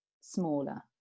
smaller